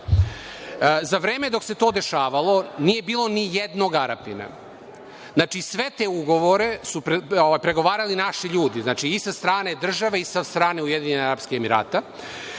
vreme dok se to dešavalo nije bilo ni jednog Arapina. Znači, sve te ugovore su pregovarali naši ljudi, i sa strane države i sa strane Ujedinjenih Arapskih Emirata.